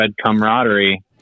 camaraderie